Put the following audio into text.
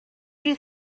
you